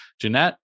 Jeanette